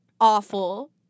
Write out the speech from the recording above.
awful